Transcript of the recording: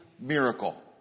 miracle